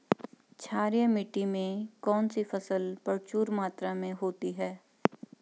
क्षारीय मिट्टी में कौन सी फसल प्रचुर मात्रा में होती है?